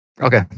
Okay